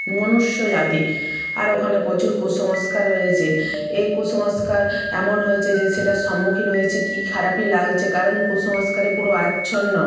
মনুষ্য জাতি আর ওখানে প্রচুর কুসংস্কার রয়েচে এই কুসংস্কার এমন হয়েচে যে সেটা সম্মুখীন হয়েছি কী খারাপই লাগছে কারণ কুসংস্কারে পুরো আচ্ছন্ন